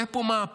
היה פה מהפך,